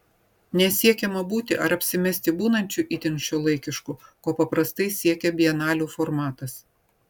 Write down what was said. nesiekiama būti ar apsimesti būnančiu itin šiuolaikišku ko paprastai siekia bienalių formatas